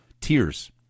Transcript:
Tears